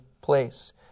place